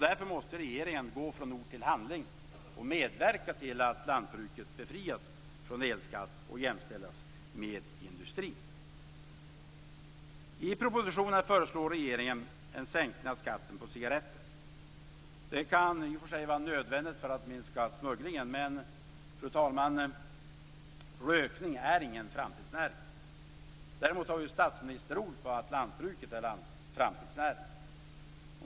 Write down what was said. Därför måste regeringen gå från ord till handling och medverka till att lantbruket befrias från elskatt och jämställs med industrin. I propositionen föreslår regeringen en sänkning av skatten på cigaretter. Det kan i och för sig vara nödvändigt för att minska smugglingen, men, fru talman, rökning är ingen framtidsnäring. Däremot har vi statsministerord på att lantbruket är en framtidsnäring.